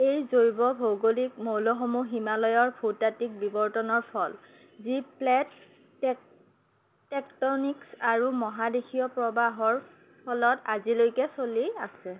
এই জৈৱ ভৌগোলিক মৌলসমূহ হিমালয়ৰ ভূ তাত্ত্বিক বিৱৰ্তনৰ ফল যি প্লেট টেকটনিক্স আৰু মহাদেশীয় প্ৰবাহৰ ফলত আজিলৈকে চলি আছে